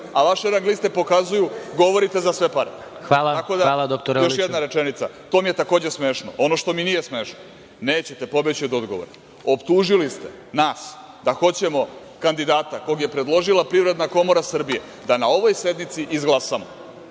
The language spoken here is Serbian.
a vaše rang liste pokazuju govorite za sve pare. Tako da, još jedna rečenica, to mi je takođe smešno, ono što mi nije smešno, nećete pobeći od odgovora. Optužili ste nas da hoćemo kandidata kog je predložila Privredna komora Srbije da na ovoj sednici izglasamo,